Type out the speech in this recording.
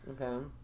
Okay